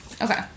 Okay